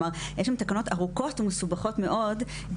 כלומר יש תקנות ארוכות ומסובכות מאוד,